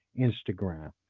Instagram